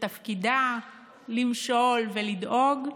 שתפקידה למשול ולדאוג,